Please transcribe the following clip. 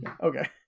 Okay